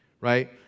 right